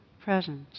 presence